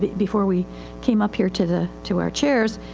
before we came up here to the, to our chairs.